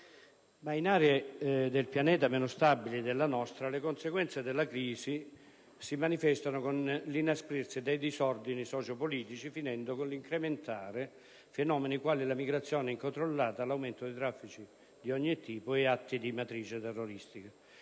Ma in aree del pianeta meno stabili della nostra le conseguenze della crisi si manifestano con l'inasprirsi dei disordini socio-politici, finendo con l'incrementare fenomeni quali la migrazione incontrollata, l'aumento di traffici di ogni tipo e atti di matrice terroristica.